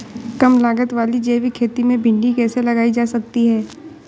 कम लागत वाली जैविक खेती में भिंडी कैसे लगाई जा सकती है?